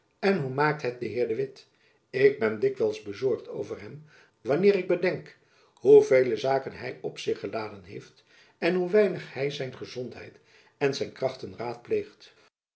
en hoe maakt het de heer de witt ik ben dikwijls bezorgd over hem wanneer ik bedenk hoevele zaken hy op zich geladen heeft en hoe weinig hy zijn gezondheid en zijn krachten raadpleegt